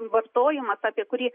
vartojimas apie kurį